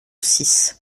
six